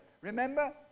Remember